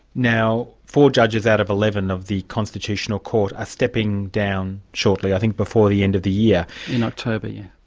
now four judges out of eleven of the constitutional court are stepping down shortly, i think before the end of the year. in october, yes.